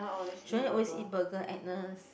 shouldn't always eat burger Agnes